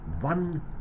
one